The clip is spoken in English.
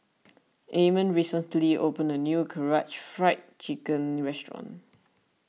Amon recently opened a new Karaage Fried Chicken restaurant